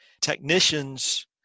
technicians